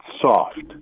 Soft